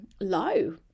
low